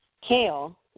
kale